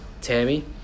Tammy